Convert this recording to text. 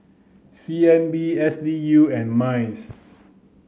C N B S D U and MINDS